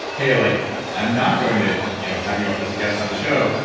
hey, like i'm not going to you know have you as a guest on the show,